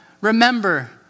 remember